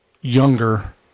younger